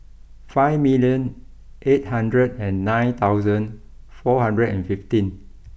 five million eight hundred and nine thousand four hundred and fifteen